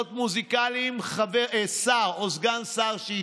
עמד שר האוצר ואמר: